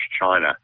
China